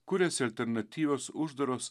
kuriasi alternatyvios uždaros